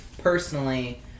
personally